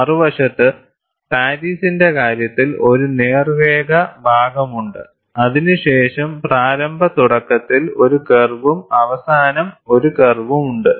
മറുവശത്ത് പാരീസിന്റെ കാര്യത്തിൽ ഒരു നേർരേഖ ഭാഗമുണ്ട് അതിനുശേഷം പ്രാരംഭ തുടക്കത്തിൽ ഒരു കർവും അവസാനം ഒരു കർവുണ്ട്